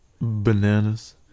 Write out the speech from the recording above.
bananas